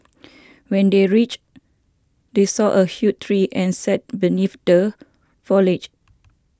when they reached they saw a huge tree and sit beneath the foliage